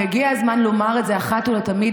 והגיע הזמן לומר את זה אחת ולתמיד,